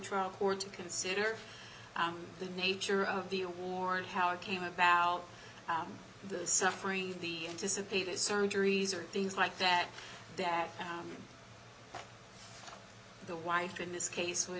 trial court to consider the nature of the award how it came about the suffering the anticipated surgeries or things like that that the wife in this case would